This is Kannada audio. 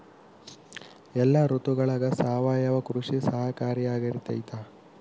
ಎಲ್ಲ ಋತುಗಳಗ ಸಾವಯವ ಕೃಷಿ ಸಹಕಾರಿಯಾಗಿರ್ತೈತಾ?